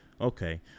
Okay